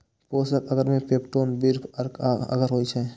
पोषक अगर मे peptone, beef अर्क आ अगर होइ छै